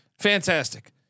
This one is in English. Fantastic